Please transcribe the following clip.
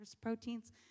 proteins